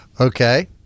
okay